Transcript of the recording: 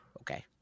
okay